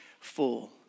full